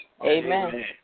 Amen